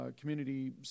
community